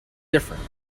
different